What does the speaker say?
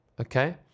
okay